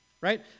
right